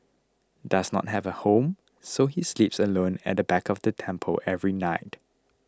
does not have a home so he sleeps alone at the back of the temple every night